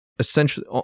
essentially